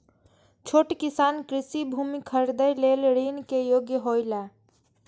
छोट किसान कृषि भूमि खरीदे लेल ऋण के योग्य हौला?